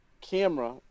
camera